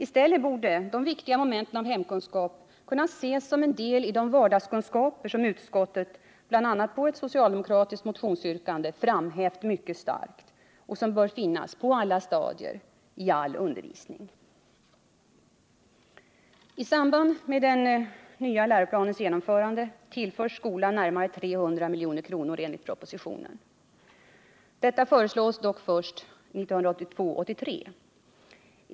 I stället borde de viktiga momenten av hemkunskap kunna ses som en del i de vardagskunskaper som utskottet, bl.a. på grundval av ett socialdemokratiskt motionsyrkande, framhävt mycket starkt och som bör finnas på alla stadier, i all undervisning. I samband med den nya läroplanens genomförande tillförs skolan närmare 300 milj.kr. enligt propositionen. Detta föreslås dock först för 1982/83.